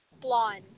Blonde